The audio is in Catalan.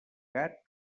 gat